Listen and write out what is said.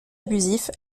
abusif